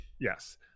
Yes